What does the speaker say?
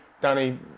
danny